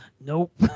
Nope